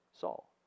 Saul